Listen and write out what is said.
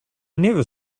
never